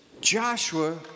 Joshua